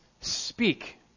speak